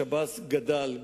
השב"ס גדל,